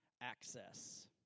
access